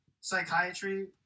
psychiatry